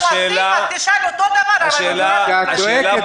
אז תשאל אותו דבר --- כי את צועקת.